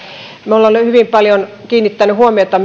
me olemme hyvin paljon kiinnittäneet huomiota